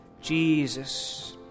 Jesus